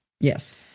Yes